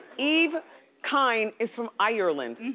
eve kine is from ireland,